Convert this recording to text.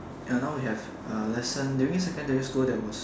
ya now we have uh lesson during secondary school there was